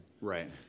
Right